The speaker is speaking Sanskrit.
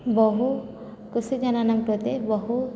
बहु कृषिजनानां कृते बहु